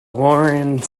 laurens